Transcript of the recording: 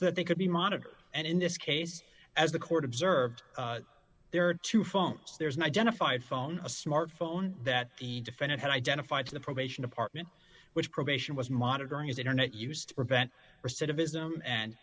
that they could be monitored and in this case as the court observed there are two phones there's an identified phone a smart phone that the defendant had identified to the probation department which probation was monitoring his internet use to prevent